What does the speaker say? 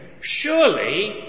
surely